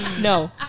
No